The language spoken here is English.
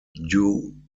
due